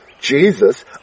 Jesus